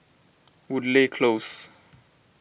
Woodleigh Close